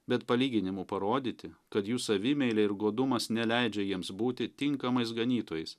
bet palyginimu parodyti kad jų savimeilė ir godumas neleidžia jiems būti tinkamais ganytojais